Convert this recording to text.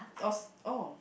or oh